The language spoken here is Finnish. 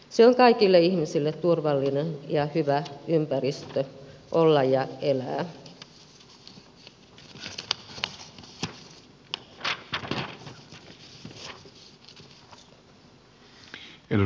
se on kaikille ihmisille turvallinen ja hyvä ympäristö olla ja elää